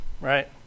right